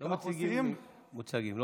לא מציגים מוצגים.